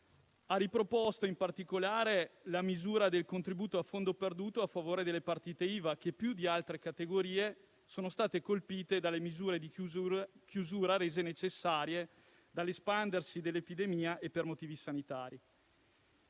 Ha riproposto in particolare la misura del contributo a fondo perduto a favore delle partite IVA, che più di altre categorie sono state colpite dalle misure di chiusura rese necessarie dall'espandersi dell'epidemia e per motivi sanitari.